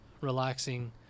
relaxing